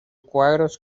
cuadros